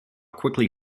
quickly